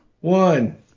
one